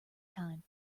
time